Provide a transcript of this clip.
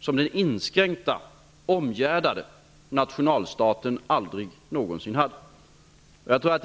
som den inskränkta, omgärdade nationalstaten aldrig någonsin haft.